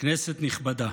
כנסת נכבדה,